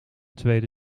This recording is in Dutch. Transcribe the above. tweede